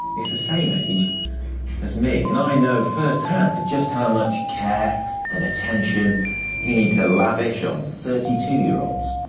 it's the same age as me, and i know firsthand, just how much care and attention you need to lavish on thirty two year olds.